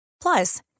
Plus